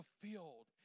fulfilled